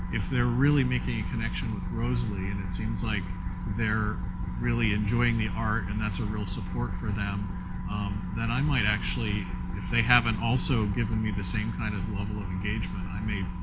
if they're really making a connection with rosalie and it seems like they're really enjoying the art and that's a real support for them then i might actually if they haven't also given me the same kind of level of engagement i may,